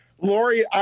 Lori